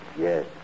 Yes